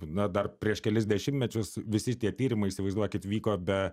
na dar prieš kelis dešimtmečius visi tie tyrimai įsivaizduokit vyko be